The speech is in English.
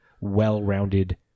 well-rounded